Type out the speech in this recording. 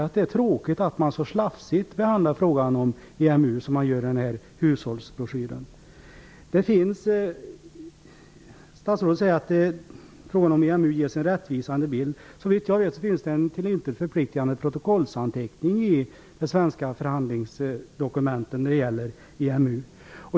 Och det är tråkigt att man behandlar frågan om EMU så slafsigt som man gör i denna hushållsbroschyr. Statsrådet säger att det ges en rättvisande bild om EMU. Men såvitt jag vet finns det bara en till intet förpliktigande protokollsanteckning i de svenska förhandlingsdokumenten vad gäller EMU.